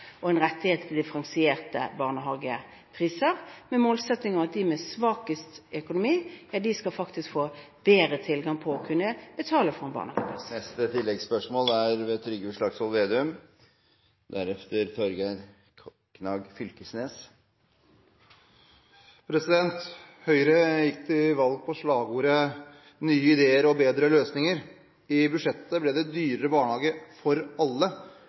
og en rettighet til differensierte barnehagepriser – med målsetting om at de med svakest økonomi, faktisk skal få bedre mulighet til å kunne betale for en barnehageplass. Trygve Slagsvold Vedum – til oppfølgingsspørsmål. Høyre gikk til valg på slagordet «Nye ideer, bedre løsninger». I budsjettet ble det dyrere barnehage for alle,